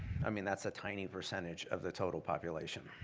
i mean, that's a tiny percentage of the total population.